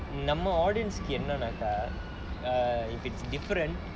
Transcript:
நம்ப:namba audience என்னானக:ennaanaka err if it's different